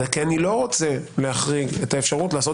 היא בגלל שאני לא רוצה להחריג את האפשרות לעשות